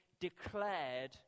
declared